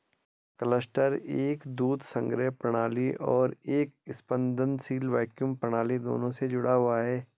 cluster एक दूध संग्रह प्रणाली और एक स्पंदनशील वैक्यूम प्रणाली दोनों से जुड़ा हुआ है